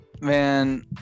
man